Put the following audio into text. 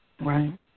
Right